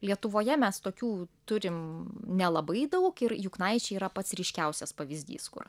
lietuvoje mes tokių turim nelabai daug ir juknaičiai yra pats ryškiausias pavyzdys kur